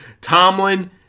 Tomlin